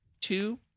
two